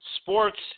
Sports